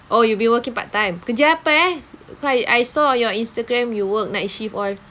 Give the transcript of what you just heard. oh you've been working part time kerja apa eh cause I saw on your Instagram you work night shift all